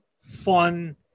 fun